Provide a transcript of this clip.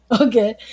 Okay